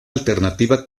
alternativa